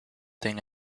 thing